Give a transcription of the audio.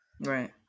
right